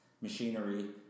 machinery